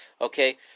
Okay